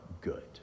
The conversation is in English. good